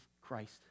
Christ